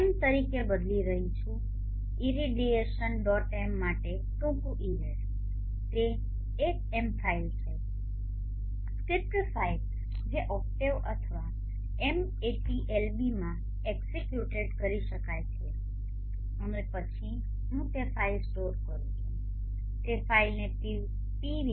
એમ તરીકે બદલી રહ્યો છું ઇરેડિયેશન ડોટ એમ માટે ટૂંકું ઇરેડ તે એક એમ ફાઇલ છે સ્ક્રિપ્ટ ફાઇલ જે ઓક્ટેવ અથવા એમએટીએલબીમાં એક્ઝેક્યુટ કરી શકાય છે અને પછી હું તે ફાઇલ સ્ટોર કરું છું તે ફાઇલને પીવી